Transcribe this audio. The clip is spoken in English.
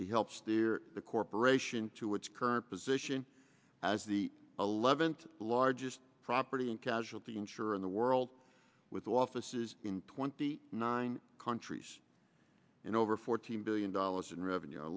he helped steer the corporation to its current position as the eleventh largest property and casualty in sure in the world with offices in twenty nine countries in over fourteen billion dollars in revenue i